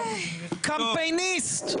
קמפייניסט.